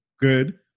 good